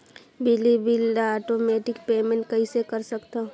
बिजली बिल ल automatic payment कइसे कर सकथव?